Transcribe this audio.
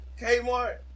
Kmart